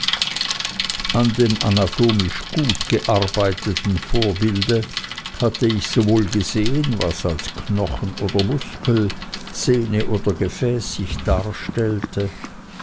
an dem anatomisch gut gearbeiteten vorbilde hatte ich wohl gesehen was als knochen oder muskel sehne oder gefäß sich darstellte